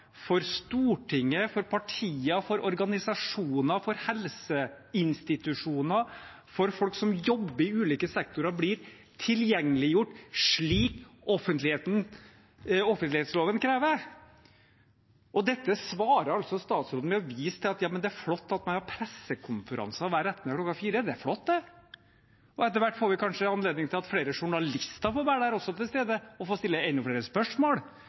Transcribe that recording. for Stortinget, for partier, for organisasjoner, for helseinstitusjoner, for folk som jobber i ulike sektorer – blir tilgjengeliggjort, slik offentlighetsloven krever. Og dette svarer altså statsråden på med å vise til at ja men, det er flott at man har pressekonferanser hver ettermiddag kl. 16. Det er flott, det. Og etter hvert blir det kanskje anledning til at flere journalister også får være til stede og får stille enda flere spørsmål.